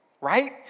right